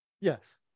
Yes